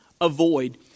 avoid